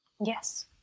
Yes